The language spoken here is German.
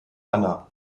anna